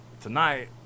tonight